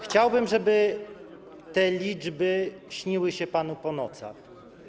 Chciałbym, żeby te liczby śniły się panu po nocach.